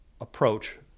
approach